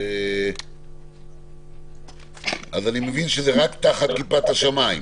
אני מבין שזה רק תחת כיפת השמיים?